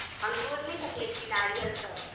अंगूर नहि रखले छी नारियल सब